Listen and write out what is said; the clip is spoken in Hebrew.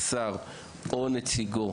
שר או נציגו,